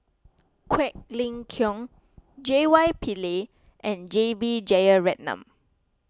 Quek Ling Kiong J Y Pillay and J B Jeyaretnam